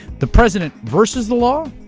the president versus the law,